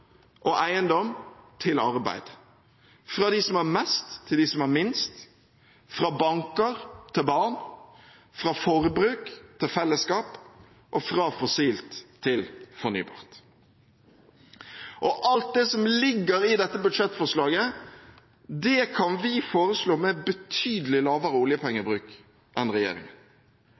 og eiendom til arbeid, fra dem som har mest, til dem som har minst, fra banker til barn, fra forbruk til fellesskap og fra fossilt til fornybart. Alt det som ligger i dette budsjettforslaget, kan vi foreslå med betydelig lavere